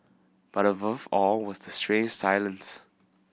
but above all was the strange silence